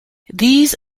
these